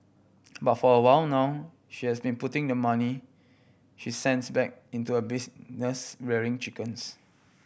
but for a while now she has been putting the money she sends back into a business rearing chickens